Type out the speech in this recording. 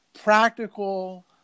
practical